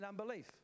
Unbelief